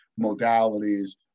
modalities